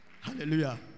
Hallelujah